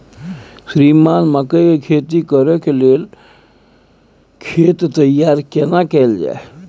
श्रीमान मकई के खेती कॉर के लेल खेत तैयार केना कैल जाए?